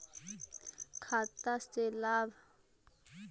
खाता से लाभ?